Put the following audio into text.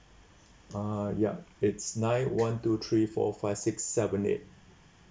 uh ya it's nine one two three four five six seven eight